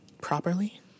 properly